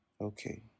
Okay